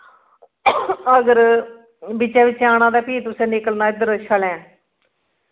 अगर बिच्चे बिच्चे आना ते फ्ही तुसें निकलना इद्धर छल्लैं